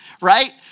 right